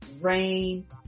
rain